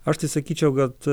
aš tai sakyčiau kad